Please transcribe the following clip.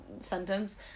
sentence